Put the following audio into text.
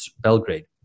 Belgrade